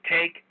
take